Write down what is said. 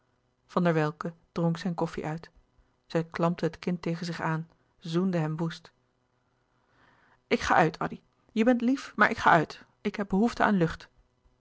van der welcke dronk zijn koffie uit zij klampte het kind tegen zich aan zoende hem woest louis couperus de boeken der kleine zielen ik ga uit addy je bent lief maar ik ga uit ik heb behoefte aan lucht